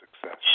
success